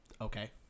Okay